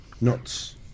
Nuts